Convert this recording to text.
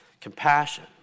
compassion